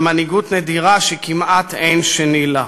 במנהיגות נדירה שכמעט אין שני לה.